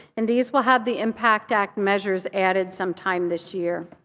and these will have the impact act measures added sometime this year.